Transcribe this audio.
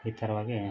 ಈ ಥರವಾಗಿ